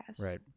Right